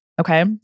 Okay